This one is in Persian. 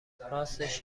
راستش